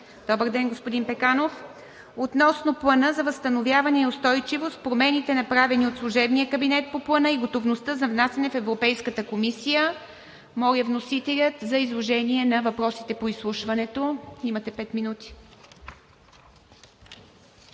Добър ден, господин Пеканов! Относно Плана за възстановяване и устойчивост, промените, направени от служебния кабинет по Плана и готовността за внасяне в Европейската комисия. Моля, вносителя за изложение на въпросите по изслушването. Имате пет минути.